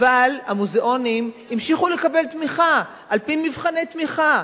אבל המוזיאונים המשיכו לקבל תמיכה על-פי מבחני תמיכה,